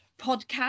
podcast